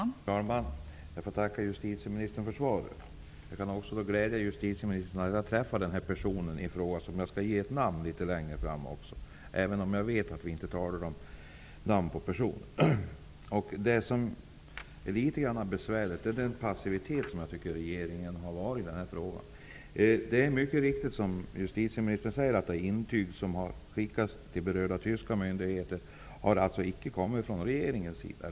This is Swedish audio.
Fru talman! Jag får tacka justitieministern för svaret. Jag kan glädja justitieministern med att berätta att jag har träffat personen i fråga. Det besvärliga är den passivitet som jag tycker att regeringen har visat i frågan. Det intyg som skickats till berörda tyska myndigheter har icke kommit från regeringen.